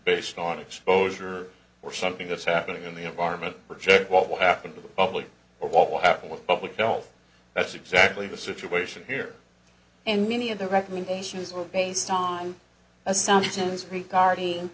based on exposure or something that's happening in the environment project what will happen to the public or what will happen with public health that's exactly the situation here and many of the recommendations are based on assumptions regarding